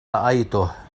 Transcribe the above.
رأيته